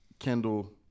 Kendall